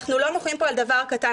אנחנו לא מוחים פה על דבר קטן.